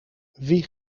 wie